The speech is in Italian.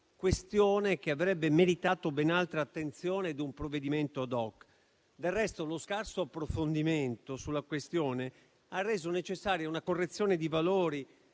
questione che avrebbe meritato ben altra attenzione e un provvedimento *ad hoc*. Del resto, lo scarso approfondimento sulla questione ha reso necessaria una correzione di valori